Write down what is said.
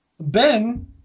Ben